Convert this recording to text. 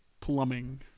Plumbing